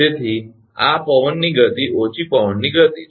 તેથી આ પવનની ગતિ ઓછી પવનની ગતિ છે